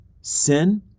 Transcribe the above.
sin